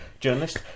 Journalist